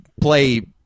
play